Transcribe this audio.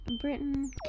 Britain